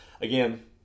again